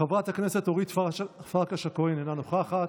אינו נמצא,